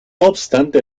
obstante